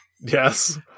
Yes